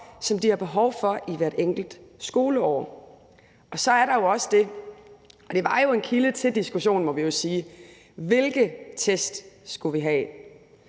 som de har behov for i hvert enkelt skoleår. Og så er der også det med – og det var jo en kilde til diskussion, må vi sige – hvilke test vi skulle have.